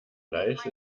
fleisch